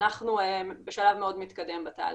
אנחנו בשלב מאוד מתקדם בתהליך.